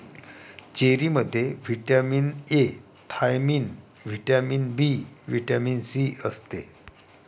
चेरीमध्ये vitamin A, thiamine, vitamin B, vitamin C असते